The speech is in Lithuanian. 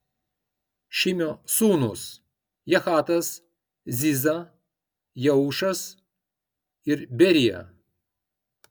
šimio sūnūs jahatas ziza jeušas ir berija